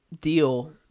deal